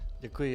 Děkuji.